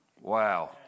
Wow